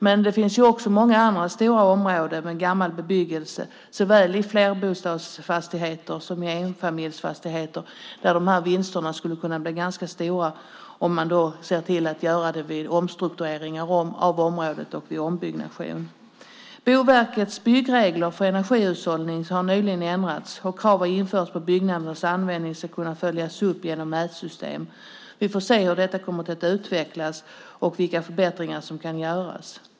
Men det finns också många andra stora områden med gammal bebyggelse såväl i flerbostadsfastigheter som i enfamiljsfastigheter där dessa vinster skulle kunna bli ganska stora om man ser till att göra detta vid omstruktureringar och ombyggnation av områdena. Boverkets byggregler för energihushållning har nyligen ändrats, och krav har införts på att byggnadernas användning ska kunna följas upp genom mätsystem. Vi får se hur detta utvecklas och vilka förbättringar som kan göras.